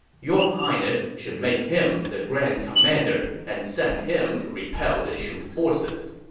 your highness should make him the grand commander and send him to repel the shu forces.